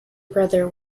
brother